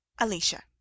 Alicia